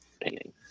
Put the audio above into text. painting